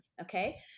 Okay